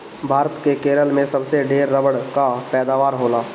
भारत के केरल में सबसे ढेर रबड़ कअ पैदावार होला